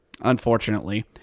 unfortunately